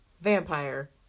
Vampire